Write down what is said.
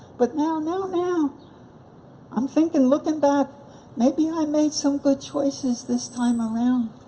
but now now now i'm thinking, looking back maybe i made some good choices this time around.